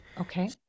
okay